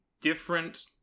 different